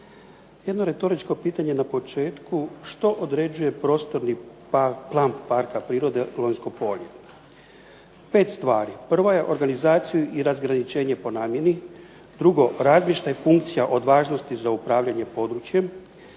Jedno retoričko pitanje na početku što određuje prostorni plan Parka prirode Lonjsko polje. Pet stvari. Prva je organizaciju i razgraničenje po namjeni, drugo razmještaj funkcija od važnosti za upravljanje područjem,